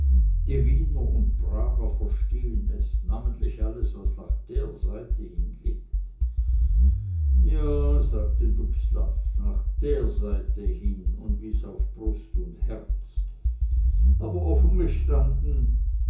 wiener und prager verstehn es namentlich alles was nach der seite hin liegt ja sagte dubslav nach der seite hin und wies auf brust und herz aber offen gestanden